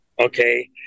Okay